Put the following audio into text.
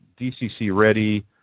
DCC-ready